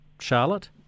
Charlotte